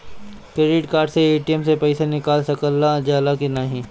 Credit card से ATM से पइसा निकाल सकल जाला की नाहीं?